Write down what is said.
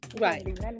Right